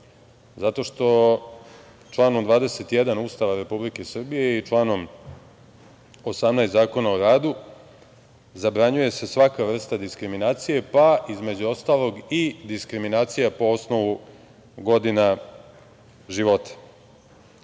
radu. Članom 21. Ustava Republike Srbije i članom 18. Zakona o radu zabranjuje se svaka vrsta diskriminacije, pa između ostalog i diskriminacija po osnovu godina